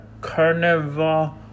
carnival